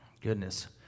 Goodness